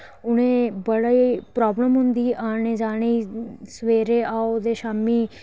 उ'नें ई बड़ी प्रॉब्लम होंदी आने जाने ई सवेरे आओ ते शामीं